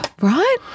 Right